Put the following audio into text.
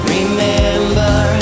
Remember